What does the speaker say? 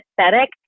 aesthetic